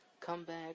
Comeback